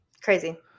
crazy